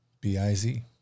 B-I-Z